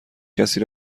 کسی